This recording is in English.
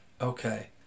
okay